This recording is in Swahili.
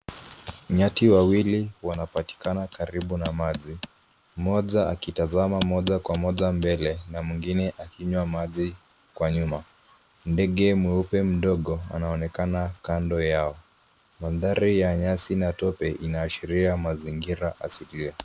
Nyati wawili wanapatikana karibu na maji, mmoja akitazama moja kwa moja mbele na mwingine akinywa maji kwa nyuma. Ndege mweupe mdogo anaonekana kando yao. Mandhari ya nyasi na tope inaashiria mazingira asilia.